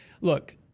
look